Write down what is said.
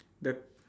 the